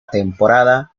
temporada